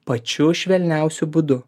pačiu švelniausiu būdu